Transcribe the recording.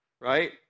right